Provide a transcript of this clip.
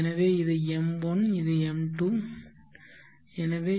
எனவே இது m1 இது m2 எனவே